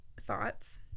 thoughts